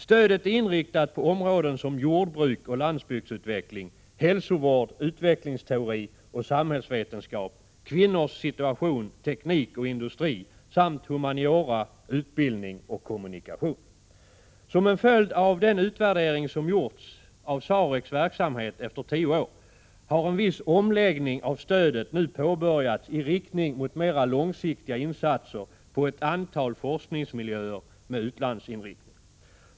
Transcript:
Stödet är inriktat på områden som jordbruk och landsbygdsutveckling, hälsovård, utvecklingsteori och samhällsvetenskap, kvinnors situation, teknik och industri samt humaniora, utbildning och kommunikation. Som en följd av den utvärdering som efter tio år gjorts av SAREC:s verksamhet har en viss omläggning av stödet nu påbörjats i riktning mot mer långsiktiga insatser på ett antal forskningsmiljöer med u-landsinriktning.